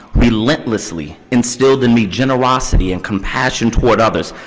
relentlessly instilled in my generosity and compassion toward others,